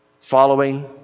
Following